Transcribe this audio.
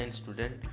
student